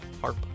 harp